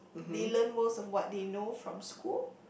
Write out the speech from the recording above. they learn most of what they know from school